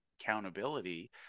accountability